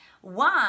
one